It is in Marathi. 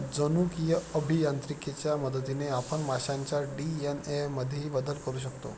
जनुकीय अभियांत्रिकीच्या मदतीने आपण माशांच्या डी.एन.ए मध्येही बदल करू शकतो